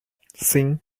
sim